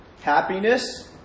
Happiness